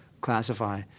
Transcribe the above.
classify